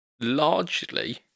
Largely